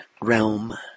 realm